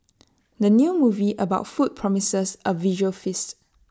the new movie about food promises A visual feast